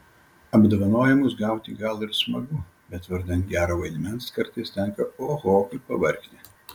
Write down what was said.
apdovanojimus gauti gal ir smagu bet vardan gero vaidmens kartais tenka oho kaip pavargti